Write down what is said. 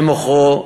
למוכרו,